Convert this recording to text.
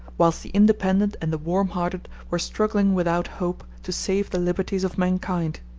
whilst the independent and the warm-hearted were struggling without hope to save the liberties of mankind.